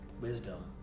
wisdom